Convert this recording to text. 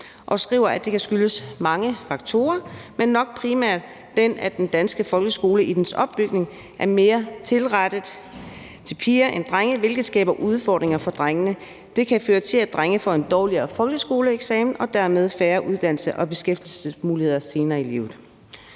og skriver, at det kan skyldes mange faktorer, men nok primært den, at den danske folkeskole i dens opbygning er mere tilrettet piger end drenge, hvilket skaber udfordringer for drengene. Det kan føre til, at drenge får en dårligere folkeskoleeksamen og dermed færre uddannelses- og beskæftigelsesmuligheder senere i livet.